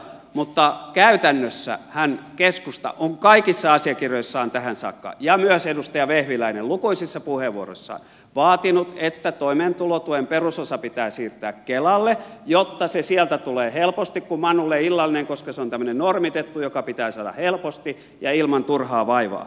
mutta käytännössähän keskusta on kaikissa asiakirjoissaan tähän saakka ja myös edustaja vehviläinen lukuisissa puheenvuoroissaan vaatinut että toimeentulotuen perusosa pitää siirtää kelalle jotta se sieltä tulee helposti kuin manulle illallinen koska se on tämmöinen normitettu joka pitää saada helposti ja ilman turhaa vaivaa